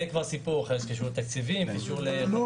זה כבר סיפור אחר שקשור לתקציבים ולחקיקה.